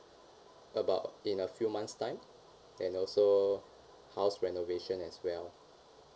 about in a few months' time and also house renovation as well